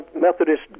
Methodist